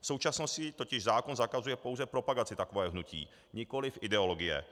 V současnosti totiž zákon zakazuje pouze propagaci takového hnutí, nikoli ideologie.